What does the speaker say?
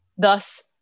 Thus